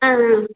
ಹಾಂ ಹಾಂ